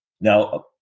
Now